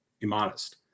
immodest